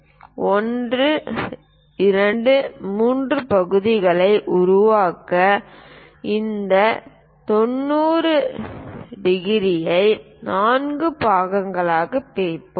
இந்த 1 2 3 பகுதிகளை உருவாக்க இந்த 90 ஐ 4 பகுதிகளாக பிரிப்போம்